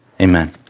amen